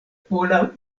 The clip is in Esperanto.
pola